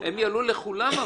הם יעלו לכולם.